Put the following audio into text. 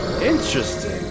Interesting